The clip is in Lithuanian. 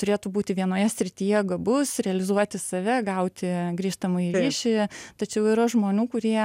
turėtų būti vienoje srityje gabus realizuoti save gauti grįžtamąjį ryšį tačiau yra žmonių kurie